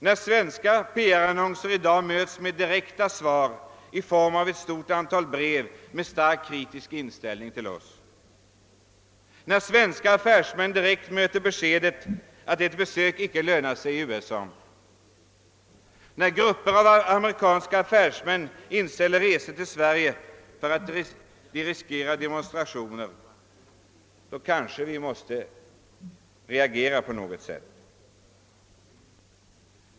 När svenska PR-annonser i dag möts med direkta svar i form av ett stort antal brev med starkt kritisk inställning till oss, när svenska affärsmän genast får beskedet att ett besök i USA icke lönar sig, när grupper av amerikanska affärsmän inställer resor till Sverige därför att de riskerar demonstrationer — då kanske vi måste reagera på något sätt.